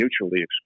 mutually